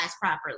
properly